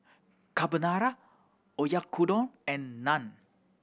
Carbonara Oyakodon and Naan